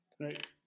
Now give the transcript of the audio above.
Right